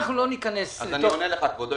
אני עונה לך, כבודו.